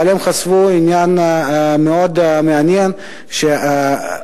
אבל הם חשפו עניין מאוד מעניין שרובם,